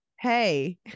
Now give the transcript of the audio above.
hey